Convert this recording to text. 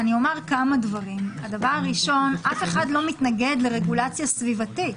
הדבר הראשון, אף אחד לא מתנגד לרגולציה סביבתית.